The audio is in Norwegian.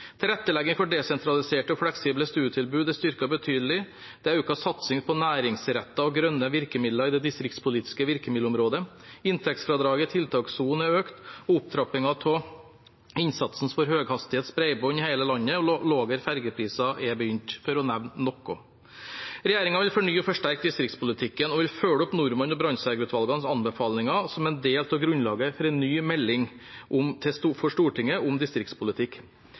Tilrettelegging for desentraliserte og fleksible studietilbud er styrket betydelig. Det er økt satsing på næringsrettede og grønne virkemidler i det distriktspolitiske virkemiddelområdet. Inntektsfradraget i tiltakssonen er økt, og opptrappingen av innsatsen for høyhastighetsbredbånd i hele landet og lavere fergepriser er begynt, for å nevne noe. Regjeringen vil fornye og forsterke distriktspolitikken og vil følge opp Norman-utvalgets og Brandtzæg-utvalgets anbefalinger som en del av grunnlaget etter en ny melding til Stortinget om distriktspolitikk. Denne vil bli lagt fram for Stortinget